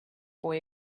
boy